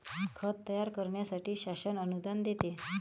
खत तयार करण्यासाठी शासन अनुदान देते